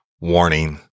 Warning